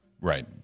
Right